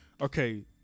okay